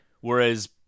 Whereas